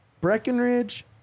Breckenridge